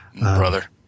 Brother